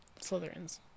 Slytherins